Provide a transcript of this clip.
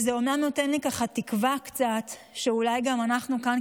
זה אומנם נותן לי קצת תקווה שאולי גם אנחנו כאן,